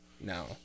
No